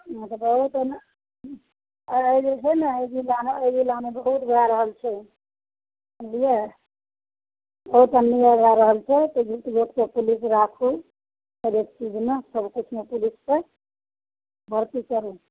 मतलब बहुत ओइमे आर अइ जे छै नहि अइ जिलामे ओइ जिलामे बहुत भए रहल छै बुझलियै ओ तऽ नीके भए रहल छै तऽ घुटि घुटिके पुलिस राखू हरेक चीजमे सबकिछुमे पुलिसके भर्ती करू